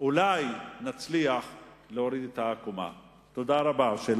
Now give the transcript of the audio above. אולי נצליח להוריד את עקומת הנפגעים.